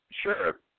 sure